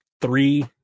three